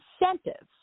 incentives